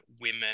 women